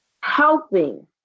Helping